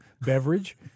beverage